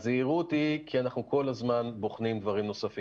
אז כל עוד אנחנו יכולים לאפשר את הדבר הזה אנחנו נצעד בכיוון הזה כנראה,